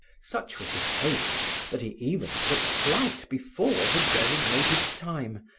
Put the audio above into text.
such was his haste that he even took flight before the designated time,